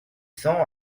cents